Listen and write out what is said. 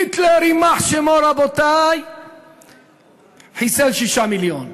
היטלר, יימח שמו, חיסל שישה מיליון,